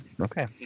okay